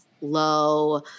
low